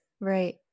right